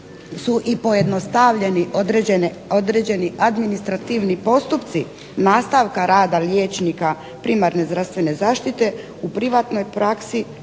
su pojednostavljeni određeni administrativni postupci nastavka rada liječnika primarne zdravstvene zaštite u privatnoj praksi